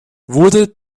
wurde